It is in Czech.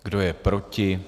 Kdo je proti?